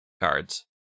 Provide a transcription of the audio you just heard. cards